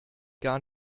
gar